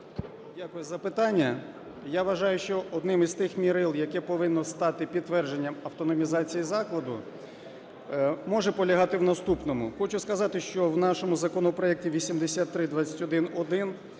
Дякую за запитання. Я вважаю, що одним із тих мірил, яке повинно стати підтвердженням автономізації закладу, може полягати в наступному. Хочу сказати, що в нашому законопроекті 8321-1